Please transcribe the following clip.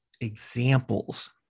examples